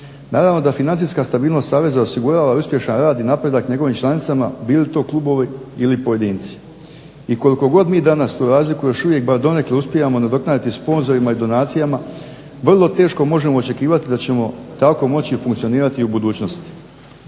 Naravno da financijska stabilnost saveza osigurava uspješan rad i napredak njegovim članicama bilo to klubovi i pojedinci. I koliko god mi danas tu razliku bar donekle uspijevamo nadoknaditi sponzorima i donacijama vrlo teško možemo očekivati da ćemo tako moći funkcionirati u budućnosti.